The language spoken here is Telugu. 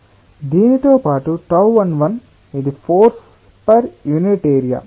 దీనితో పాటు τ11 ఇది ఫోర్స్ పర్ యూనిట్ ఏరియా